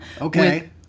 Okay